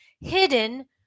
hidden